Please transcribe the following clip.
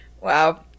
Wow